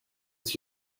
with